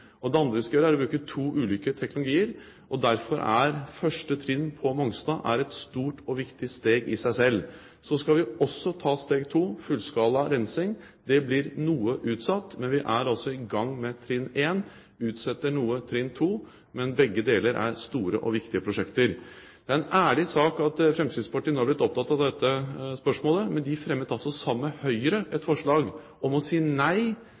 Det andre vi skal gjøre, er å bruke to ulike teknologier. Derfor er første trinn på Mongstad et stort og viktig steg i seg selv. Så skal vi også ta steg 2, fullskala rensing. Det blir noe utsatt, men vi er altså i gang med trinn 1, utsetter trinn 2 noe, men begge deler er store og viktige prosjekter. Det er en ærlig sak at Fremskrittspartiet nå er blitt opptatt av dette spørsmålet. Men de fremmet altså sammen med Høyre et forslag om å si nei